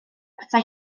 petai